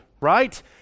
right